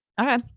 Okay